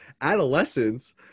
adolescence